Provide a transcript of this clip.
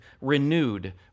renewed